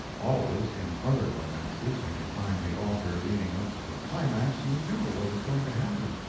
always, in other romances, when you find the author leading up to a climax, you know what is going to happen.